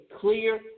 clear